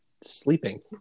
sleeping